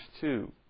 two